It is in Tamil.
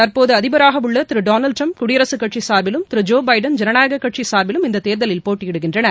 தற்போது அதிபராக உள்ள திரு டொனாஸ்ட் ட்ரம்ப் குடியரகக் கட்சி சார்பிலும் திரு ஜோ பிடன் ஜனநாயகக் கட்சி சார்பிலும் இந்த தேர்தலில் போட்டியிடுகின்றனர்